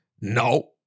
no